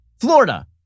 Florida